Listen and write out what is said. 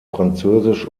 französisch